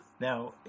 Now